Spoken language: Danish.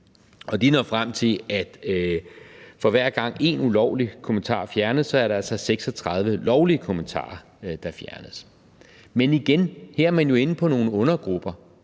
og de når frem til, at for hver én ulovlig kommentar der fjernes, er der altså 36 lovlige kommentarer, der fjernes. Men igen: Her er man jo inde på nogle undergrupper.